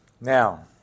Now